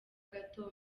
gato